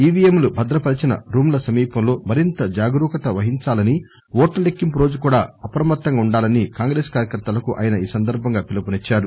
ఈవీఎంలు భద్రపరిచిన రూంల సమీపంలో మరింత జాగూరుకత వహించాలని ఓట్లలెక్కింపు రోజు కూడా అప్రమత్తంగా ఉండాలని కాంగ్రెస్ కార్యకర్తలకు ఆయన పిలుపునిచ్చారు